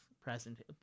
present